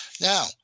Now